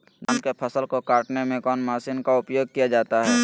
धान के फसल को कटने में कौन माशिन का उपयोग किया जाता है?